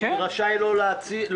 הוא רשאי לא להשיב.